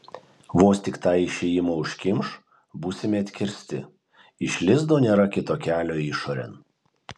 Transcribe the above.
vos tik tą išėjimą užkimš būsime atkirsti iš lizdo nėra kito kelio išorėn